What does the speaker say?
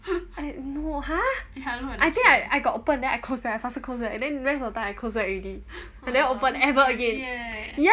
no !huh! I think I I got open then I close back I faster close back and then the rest of the time I close back already I never open ever again ya